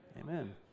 Amen